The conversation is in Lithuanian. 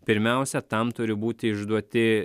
pirmiausia tam turi būti išduoti